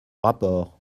rapport